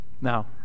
Now